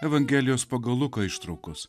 evangelijos pagal luką ištraukos